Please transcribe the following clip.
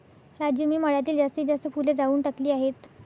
राजू मी मळ्यातील जास्तीत जास्त फुले जाळून टाकली आहेत